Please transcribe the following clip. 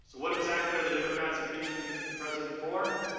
what exactly are the democrats impeaching the president for?